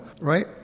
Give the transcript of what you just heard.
right